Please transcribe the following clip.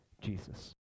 Jesus